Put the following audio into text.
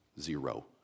Zero